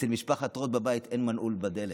אצל משפחת רוט בבית אין מנעול בדלת.